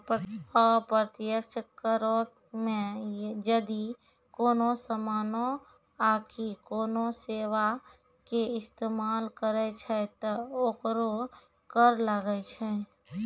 अप्रत्यक्ष करो मे जदि कोनो समानो आकि कोनो सेबा के इस्तेमाल करै छै त ओकरो कर लागै छै